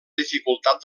dificultat